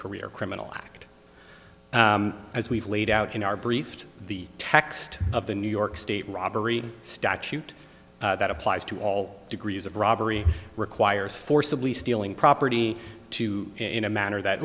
career criminal act as we've laid out in our briefed the text of the new york state robbery statute that applies to all degrees of robbery requires forcibly stealing property to in a manner that